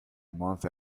month